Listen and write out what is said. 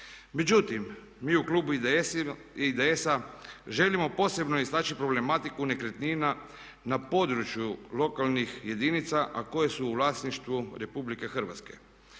Međutim, mi u klubu IDS-a želimo posebno istaći problematiku nekretnina na području lokalnih jedinica a koje su u vlasništvu Republike Hrvatske.